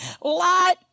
light